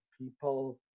people